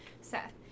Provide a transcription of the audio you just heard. Seth